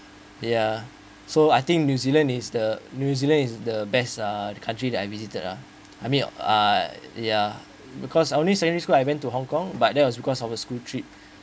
ya so I think new zealand is the new zealand is the best uh country that I visited uh I mean uh ya because only secondary school I went to hong kong but that was because of a school trip